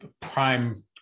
prime